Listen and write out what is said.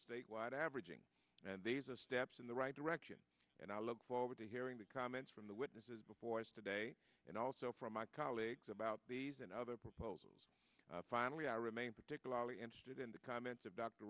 statewide averaging and these are steps in the right direction and i look forward to hearing the comments from the witnesses before us today and also from my colleagues about these and other proposals finally i remain particularly interested in the comments